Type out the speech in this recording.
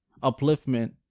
upliftment